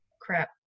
crap